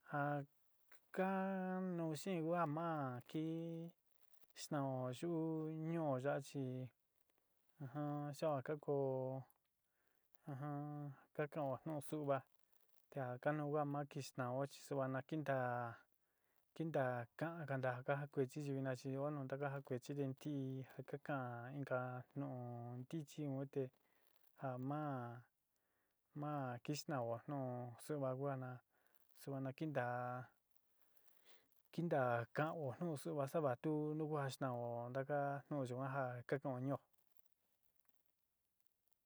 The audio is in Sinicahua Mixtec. Ja ka nuú xeén ku a ma ki staón yuú ñuó yaá chi yan'ó ka kóó ka kan'ó nu súúva te ja kánu ku ja ma kistan'ó chi suan na kintá kinta kan kanta ja ku kuechi chi vina chi oó nu ka ja taka ja kuechi te ntí ja ka kaán inka tuún ntichí un te ja máa maa kista'ó nu su'uva kuana sua na kintá kintá kan'ó nu su'uva sa'ava tu nu kua stan'ó ntaka nu yuan ja ka kan'ó ñuó.